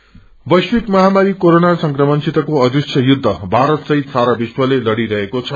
unseen war वैश्विक महामारी corona संक्रमणसितको अदृश्य युद्ध भारत सहित सारा विश्वले लड़िरहेको छ